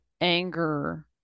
anger